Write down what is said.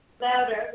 Louder